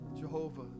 Jehovah